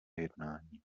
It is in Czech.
jednání